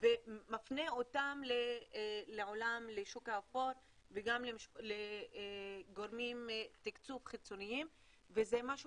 ומפנה אותם לעולם השוק האפור וגם לגורמי תקצוב חיצוניים וזה משהו